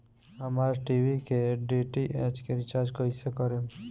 हमार टी.वी के डी.टी.एच के रीचार्ज कईसे करेम?